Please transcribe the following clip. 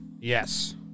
Yes